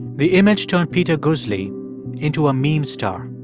the image turned peter guzli into a meme star.